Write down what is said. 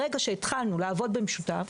ברגע שהתחלנו לעבוד במשותף,